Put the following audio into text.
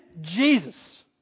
Jesus